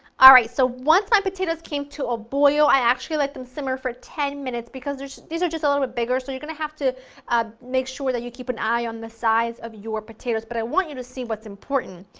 alright, so once my potatoes came to a boil, i actually let them simmer for ten minutes because these are just a little bigger so you're going to have to ah make sure that you keep an eye on the size of your potatoes but i want you to see what's important,